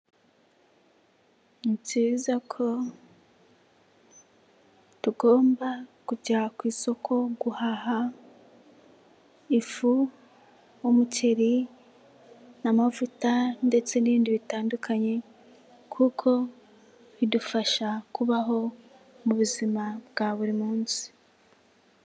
Ni byiza ko tugomba kujya ku isoko guhaha ifu, umuceri n'amavuta ndetse n'ibindi bitandukanye, kuko bidufasha kubaho mu buzima bwa buri munsi.